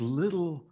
little